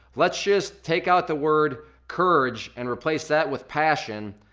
let's just take out the word courage and replace that with passion,